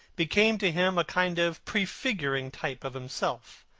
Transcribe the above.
became to him a kind of prefiguring type of himself.